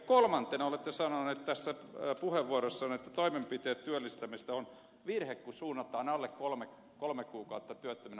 kolmantena olette sanonut tässä puheenvuorossanne että on virhe kun toimenpiteet työllistämisessä suunnataan alle kolme kuukautta työttömänä olleisiin